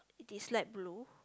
it is light blue